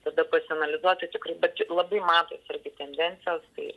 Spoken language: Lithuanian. tada pasianalizuoti tikrai bet labai matosi irgi tendencijos tai